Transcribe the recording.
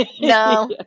no